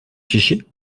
fichier